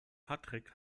patrick